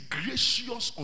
gracious